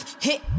Hit